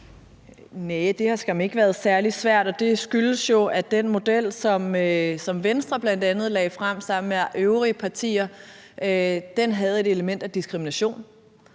Det har skam ikke været særlig svært, og det skyldes jo, at den model, som Venstre bl.a. lagde frem sammen med de øvrige partier, havde et element af diskrimination.